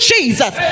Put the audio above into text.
Jesus